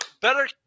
better